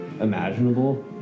imaginable